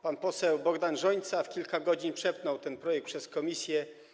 Pan poseł Bogdan Rzońca w kilka godzin przepchnął ten projekt przez komisję.